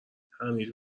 حمید